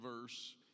verse